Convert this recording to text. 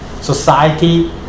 society